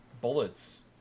Bullets